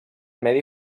medi